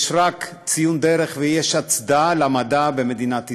יש רק ציון דרך ויש הצדעה למדע במדינת ישראל.